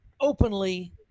openly